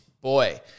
boy